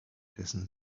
dessen